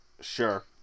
Sure